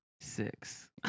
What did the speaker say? six